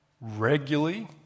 regularly